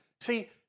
See